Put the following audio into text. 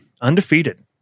Undefeated